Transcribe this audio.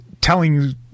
telling